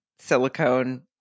Silicone